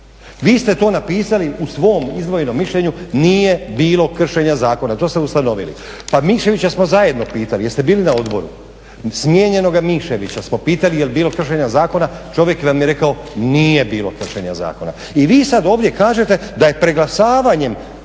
Vi ste to napisali u svom izdvojenom mišljenju nije bilo kršenja zakona. To ste ustanovili. Pa Miševića smo zajedno pitali. Jeste bili na Odboru? Smijenjenoga Miševića smo pitali jel' bilo kršenja zakona. Čovjek vam je rekao nije bilo kršenja zakona i vi sad ovdje kažete da je preglasavanjem